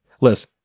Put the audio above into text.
Liz